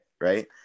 right